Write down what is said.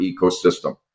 ecosystem